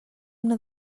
una